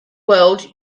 world